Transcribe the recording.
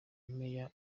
meya